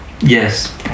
yes